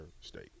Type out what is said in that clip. state